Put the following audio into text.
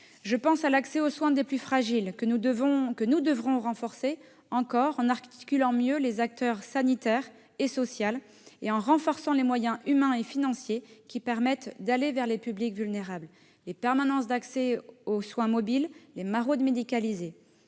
Je pense à l'accès aux soins des plus fragiles, que nous devrons renforcer encore en articulant mieux les missions des acteurs sanitaires et sociaux, en augmentant les moyens humains et financiers permettant d'aller vers les publics vulnérables, en renforçant les permanences d'accès aux soins mobiles, les maraudes médicalisées.